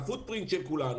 זה הפוט-פרינט של כולנו,